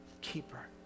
keeper